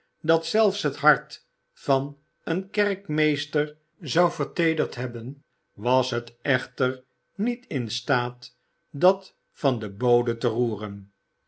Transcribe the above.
dat zelfs het hart van een kerkmeester zou verteederd hebben was het echter niet in staat dat van den bode te roeren